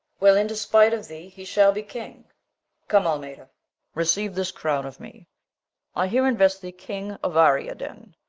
well, in despite of thee, he shall be king come, almeda receive this crown of me i here invest thee king of ariadan,